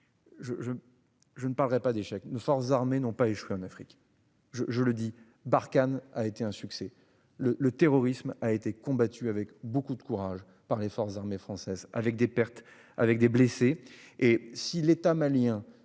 Je ne parlerai pas d'échec : nos forces armées n'ont pas échoué en Afrique. Barkhane a été un succès. Le terrorisme a été combattu avec beaucoup de courage par les forces armées françaises, avec des pertes et des blessés. Si l'État malien,